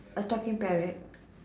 a talking parrot